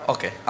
Okay